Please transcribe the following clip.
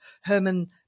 Herman